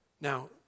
Now